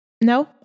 No